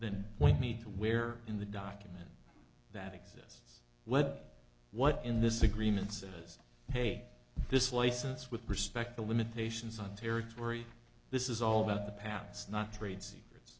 to where in the document that exists what what in this agreement says hey this license with respect to limitations on territory this is all about the patents not trade secrets